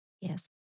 Yes